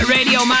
Radio